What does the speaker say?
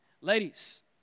Ladies